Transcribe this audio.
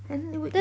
and it would it